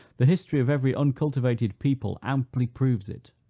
the history of every uncultivated people amply proves it.